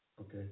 okay